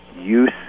use